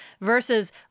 versus